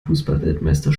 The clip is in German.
fußballweltmeister